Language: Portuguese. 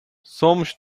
somos